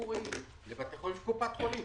ציבוריים לבתי חולים של קופת חולים,